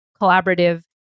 collaborative